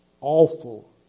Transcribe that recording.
awful